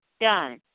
done